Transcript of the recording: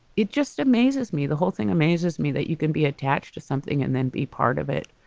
it just amazes me. the whole thing amazes me that you can be attached to something and then be part of it.